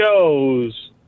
shows